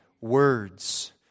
words